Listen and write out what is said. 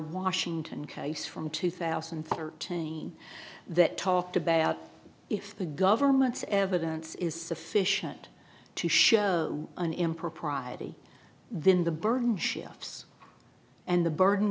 washington case from two thousand and thirteen that talked about if the government's evidence is sufficient to show an impropriety then the burden shifts and the burden